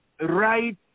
right